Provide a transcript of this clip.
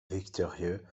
victorieux